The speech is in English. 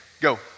Go